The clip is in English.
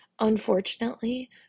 Unfortunately